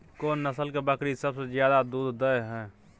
कोन नस्ल के बकरी सबसे ज्यादा दूध दय हय?